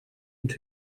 and